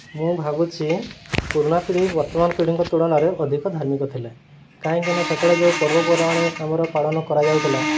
ମୁଁ ଭାବୁଛି ପୁରୁଣା ପିଢ଼ି ବର୍ତ୍ତମାନ ପିଢ଼ିଙ୍କ ତୁଳନାରେ ଅଧିକ ଧାର୍ମିକ ଥିଲେ କାହିଁକିନା ସେତେବେଳେ ଯେଉଁ ପର୍ବପର୍ବାଣି ଆମର ପାଳନ କରାଯାଉଥିଲା